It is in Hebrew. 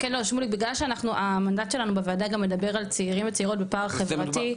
בגלל שהמדד שלנו בוועדה גם מדבר על צעירים וצעירות בפער חברתי,